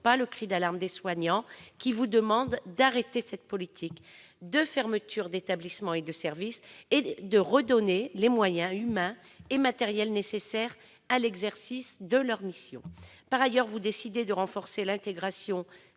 pas le cri d'alarme des soignants, qui vous demandent de mettre un terme à cette politique de fermeture d'établissements et de services et de leur redonner les moyens humains et matériels nécessaires à l'exercice de leurs missions. Par ailleurs, vous décidez de renforcer l'intégration